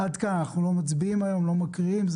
אנחנו לא מצביעים היום ולא מקריאים את החוק.